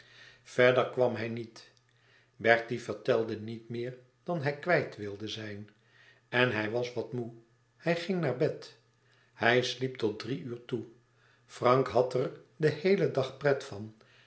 verder kwam hij niet bertie vertelde niet meer dan hij kwijt wilde zijn en hij was wat moê nij ging naar bed hij sliep tot drie uur toe frank had er den heelen dag pret van